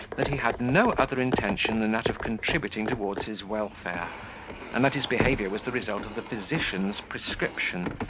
that he had no other intention than that of contributing towards his welfare and that his behaviour was the result of the physician's prescription,